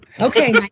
Okay